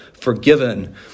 forgiven